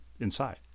inside